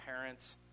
parents